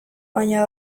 baina